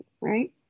right